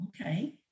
okay